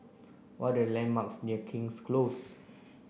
what are landmarks near King's Close